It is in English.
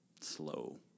slow